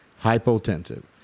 Hypotensive